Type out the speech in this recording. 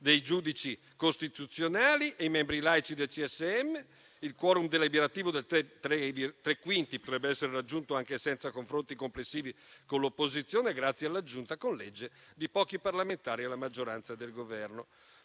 dei giudici costituzionali e dei membri laici del CSM. Il *quorum* deliberativo dei tre quinti potrebbe essere raggiunto anche senza confronti complessivi con l'opposizione, grazie all'aggiunta, con legge, di pochi parlamentari della maggioranza e del Governo.